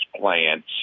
plants